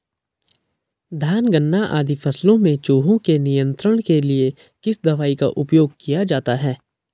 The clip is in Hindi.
धान गन्ना आदि फसलों में चूहों के नियंत्रण के लिए किस दवाई का उपयोग किया जाता है?